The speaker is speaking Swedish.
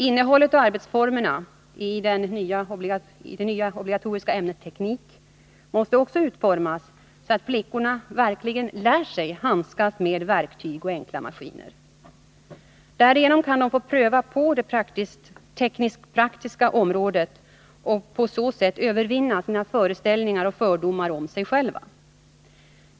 Innehållet och arbetsformerna i det nya obligatoriska ämnet teknik måste också utformas så, att flickorna verkligen lär sig handskas med verktyg och enkla maskiner. Därigenom kan de få pröva det teknisk-praktiska området och på så sätt övervinna sina föreställningar och fördomar om sig själva.